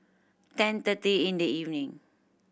ten thirty in the evening